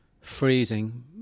freezing